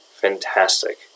Fantastic